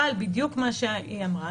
אבל בדיוק מה שהיא אמרה.